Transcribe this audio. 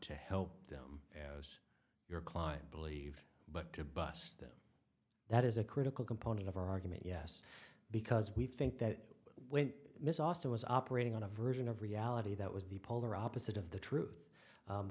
to help them your client believed but to bust them that is a critical component of our argument yes because we think that when miss austin was operating on a version of reality that was the polar opposite of the truth